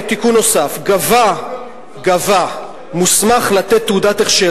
תיקון נוסף: "גבה מוסמך לתת תעודת הכשר